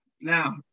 now